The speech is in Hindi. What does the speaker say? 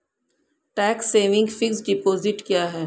टैक्स सेविंग फिक्स्ड डिपॉजिट क्या है?